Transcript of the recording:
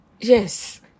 Yes